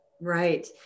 right